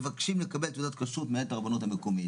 מקבלים לקבל תעודת כשרות מאת הרבנות הרבנית.